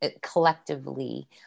collectively